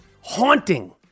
haunting